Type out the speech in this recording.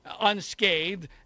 Unscathed